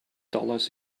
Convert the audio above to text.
dollars